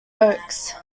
oaks